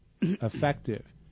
effective